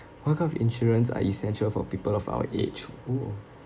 what kind of insurance are essential for people of our age oo